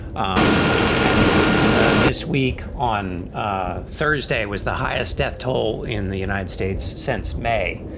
um and this week on ah thursday was the highest death toll in the united states since may.